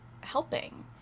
helping